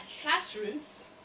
classrooms